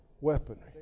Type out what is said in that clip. weaponry